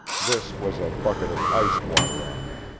this was a bucket of ice-water on me.